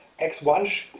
X1